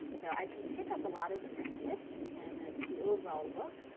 so i can pick up a lot of different tips, and the overall look,